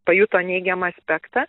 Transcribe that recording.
pajuto neigiamą aspektą